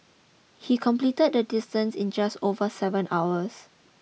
he completed the distance in just over seven hours